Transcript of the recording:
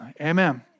Amen